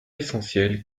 essentiel